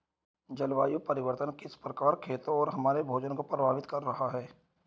जलवायु परिवर्तन किस प्रकार खेतों और हमारे भोजन को प्रभावित कर रहा है?